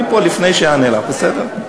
לא ארד מפה לפני שאענה לך, בסדר?